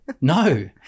No